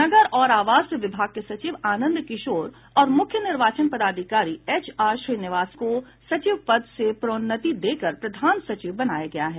नगर और आवास विभाग के सचिव आनंद किशोर और मुख्य निर्वाचन पदाधिकारी एचआर श्रीनिवास को सचिव पद से प्रोन्नति देकर प्रधान सचिव बनाया गया है